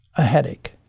a headache.